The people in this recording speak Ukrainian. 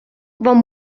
вам